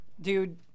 Dude